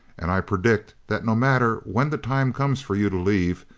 and i predict that no matter when the time comes for you to leave,